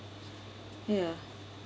ya